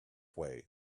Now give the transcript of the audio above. way